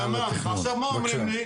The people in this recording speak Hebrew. עכשיו מה אומרים לי,